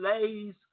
lays